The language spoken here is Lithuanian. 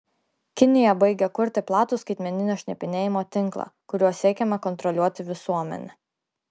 kinija baigia kurti platų skaitmeninio šnipinėjimo tinklą kuriuo siekiama kontroliuoti visuomenę